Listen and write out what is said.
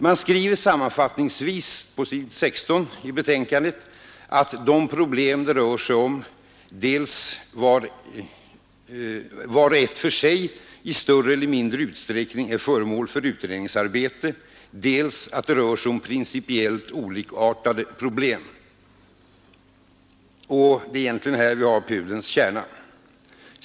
Man skriver sammanfattningsvis på s. 16 i betänkandet att de problem det rör sig om dels vart och ett för sig i större eller mindre utsträckning är föremål för utredningsarbete, dels att det rör sig om principiellt olikartade problem. Detta är egentligen pudelns kärna.